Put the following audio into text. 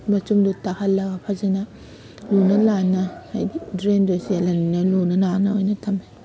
ꯃꯆꯨꯝꯗꯣ ꯇꯥꯍꯜꯂꯒ ꯐꯖꯅ ꯂꯨꯅ ꯅꯥꯟꯅ ꯍꯥꯏꯗꯤ ꯗ꯭ꯔꯦꯟꯗꯣ ꯆꯦꯜꯂꯅꯤꯅ ꯂꯨꯅ ꯅꯥꯟꯅ ꯑꯣꯏꯅ ꯊꯝꯃꯦ